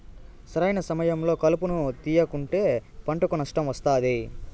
సరైన సమయంలో కలుపును తేయకుంటే పంటకు నష్టం వస్తాది